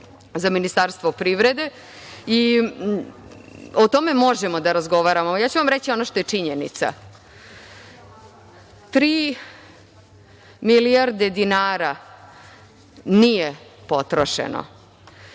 za Ministarstvo privrede i o tome možemo da razgovaramo. Ja ću vam reći ono što je činjenica. Tri milijarde dinara nije potrošeno.